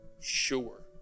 Sure